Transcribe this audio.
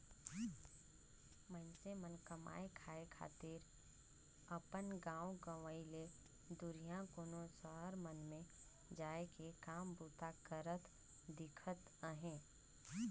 मइनसे मन कमाए खाए खातिर अपन गाँव गंवई ले दुरिहां कोनो सहर मन में जाए के काम बूता करत दिखत अहें